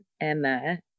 Emma